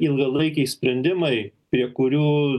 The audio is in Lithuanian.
ilgalaikiai sprendimai prie kurių